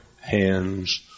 hands